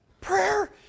Prayer